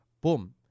boom